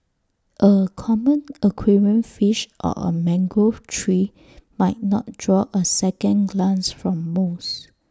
A common aquarium fish or A mangrove tree might not draw A second glance from most